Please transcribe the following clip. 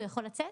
הוא יכול לצאת?